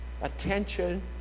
attention